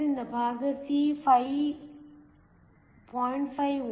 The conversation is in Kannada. ಆದ್ದರಿಂದ ಭಾಗ c φ 0